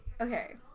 Okay